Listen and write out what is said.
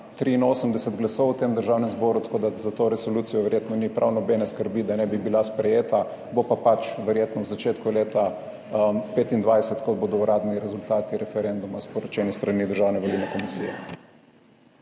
83 glasov v tem državnem zboru, tako da za to resolucijo verjetno ni prav nobene skrbi, da ne bi bila sprejeta, bo pač verjetno v začetku leta 2025, ko bodo uradni rezultati referenduma sporočeni s strani Državne volilne komisije.